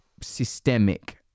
systemic